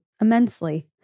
immensely